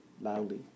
loudly